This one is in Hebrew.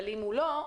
אבל אם הוא לא,